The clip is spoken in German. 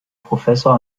professor